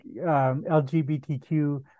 LGBTQ